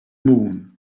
moon